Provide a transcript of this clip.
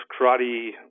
karate